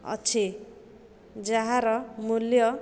ଅଛି ଯାହାର ମୂଲ୍ୟ